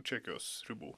čekijos ribų